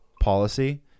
policy